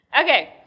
Okay